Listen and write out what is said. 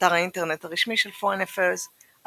אתר האינטרנט הרשמי של Foreign Affairs אתר